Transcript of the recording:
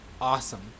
awesome